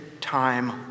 time